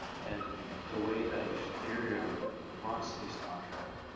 and the way that ethereum runs these contracts,